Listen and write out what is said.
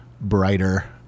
brighter